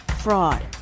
fraud